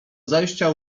zajścia